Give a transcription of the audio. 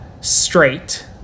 straight